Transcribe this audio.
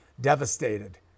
devastated